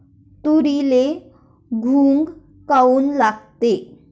तुरीले घुंग काऊन लागते?